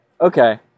Okay